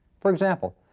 for example,